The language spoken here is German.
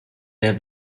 der